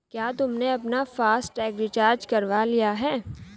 क्या तुमने अपना फास्ट टैग रिचार्ज करवा लिया है?